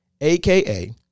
AKA